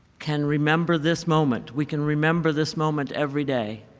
can remember this moment. we can remember this moment everyday,